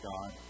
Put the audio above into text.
God